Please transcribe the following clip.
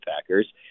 Packers